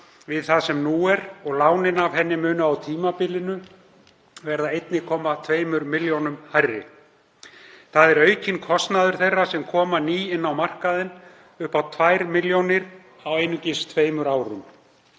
við það sem nú er og lánin af henni munu á tímabilinu verða 1,2 millj. kr. hærri. Aukinn kostnaður þeirra sem koma ný inn á markaðinn er upp á 2 millj. kr. á einungis tveimur